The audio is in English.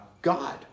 God